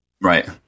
right